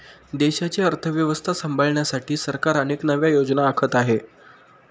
देशाची अर्थव्यवस्था सांभाळण्यासाठी सरकार अनेक नव्या योजना आखत आहे